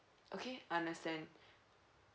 okay I understand